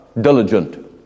diligent